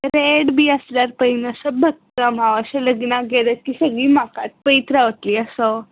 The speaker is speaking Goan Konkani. रेड बी आसल्यार पय भ मात्शे हांव अशें लग्नाक गेले की सगळीं म्हाकाच पयत रावतली असो